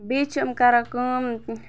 بیٚیہِ چھِ یِم کَران کٲم